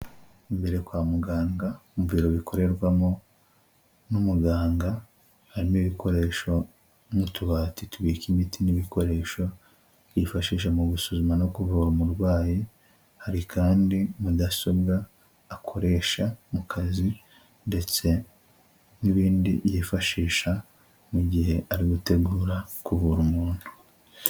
Imbere kwa muganga mu biro bikorerwamo n'umuganga, harimo ibikoresho n'utubati tubika imiti n'ibikoresho byifashishwa mu gusuzuma no kuvura umurwayi. Hari kandi mudasobwa akoresha mu kazi ndetse n'ibindi yifashisha mu gihe ari gutegura kuvura umuntu.